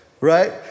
Right